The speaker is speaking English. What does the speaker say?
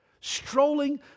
strolling